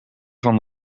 van